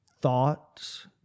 thoughts